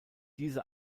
diese